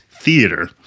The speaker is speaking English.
theater